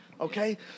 Okay